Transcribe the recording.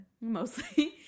Mostly